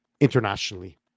internationally